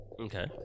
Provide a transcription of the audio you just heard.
Okay